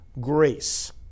grace